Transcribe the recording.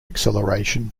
acceleration